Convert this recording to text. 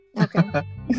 Okay